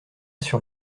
sur